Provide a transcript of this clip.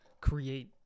create